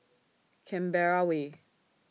Canberra Way